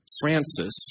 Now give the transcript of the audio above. Francis